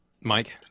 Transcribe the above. Mike